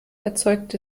erzeugt